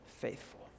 faithful